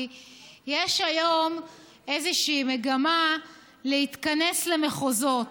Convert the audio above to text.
כי יש היום איזושהי מגמה להתכנס למחוזות.